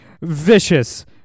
vicious